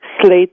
slate